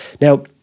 Now